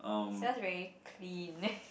it sounds very clean